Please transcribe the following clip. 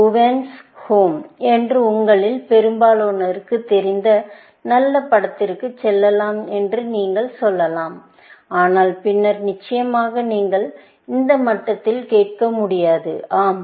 Bhuvan's home Bhuvan's Home என்று உங்களில் பெரும்பாலானோருக்கு தெரிந்த நல்ல படத்திற்கு செல்லலாம் என்று நீங்கள் சொல்லலாம் ஆனால் பின்னர் நிச்சயமாக நீங்கள் இந்த மட்டத்தில் கேட்க முடியாது ஆம்